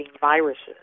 viruses